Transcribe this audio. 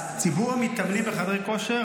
ציבור המתאמנים בחדרי כושר,